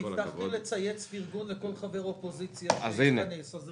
הבטחתי לצייץ פרגון לכל חבר אופוזיציה שיגיע לישיבה.